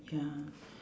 ya